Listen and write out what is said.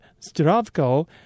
Stravko